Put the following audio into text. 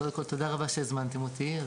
קודם כל, תודה רבה שהזמנתם אותי.